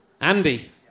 Andy